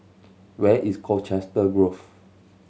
where is Colchester Grove